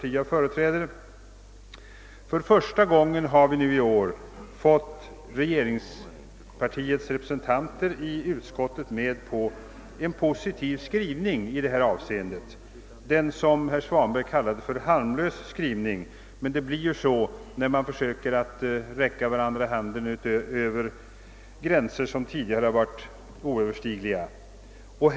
I år har vi för första gången fått regeringspartiets representanter i ut skottet med på en positiv skrivning i detta avseende — den som herr Svanberg kallade för en harmlös skrivning. Det blir så när man försöker räcka varandra handen över gränser som tidigare varit omöjliga att passera.